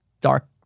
dark